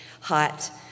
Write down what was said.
hot